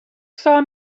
saw